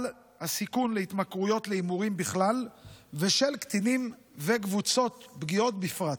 הסיכון להתמכרויות להימורים בכלל ושל קטינים וקבוצות פגיעות בפרט.